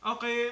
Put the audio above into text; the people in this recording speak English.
Okay